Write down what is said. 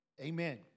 Amen